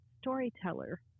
Storyteller